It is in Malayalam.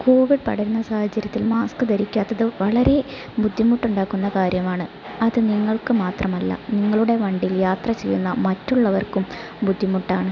കോവിഡ് പടരുന്ന സാഹചര്യത്തിലും മാസ്ക് ധരിക്കാത്തത് വളരെ ബുദ്ധിമുട്ടുണ്ടാക്കുന്ന കാര്യമാണ് അത് നിങ്ങൾക്ക് മാത്രമല്ല നിങ്ങളുടെ വണ്ടിയിൽ യാത്ര ചെയ്യുന്ന മറ്റുള്ളവർക്കും ബുദ്ധിമുട്ടാണ്